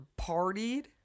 partied